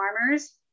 farmers